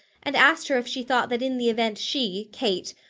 and asked her if she thought that in the event she, kate,